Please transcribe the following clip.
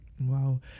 Wow